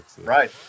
Right